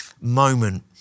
moment